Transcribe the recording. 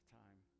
time